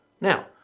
Now